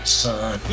son